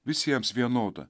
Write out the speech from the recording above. visiems vienoda